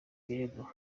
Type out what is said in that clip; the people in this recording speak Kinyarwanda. birego